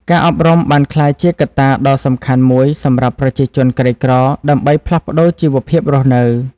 ការអប់រំបានក្លាយជាកត្តាដ៏សំខាន់មួយសម្រាប់ប្រជាជនក្រីក្រដើម្បីផ្លាស់ប្ដូរជីវភាពរស់នៅ។